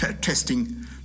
testing